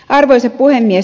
arvoisa puhemies